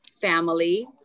family